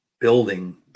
building